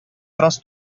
бераз